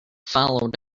followed